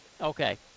Okay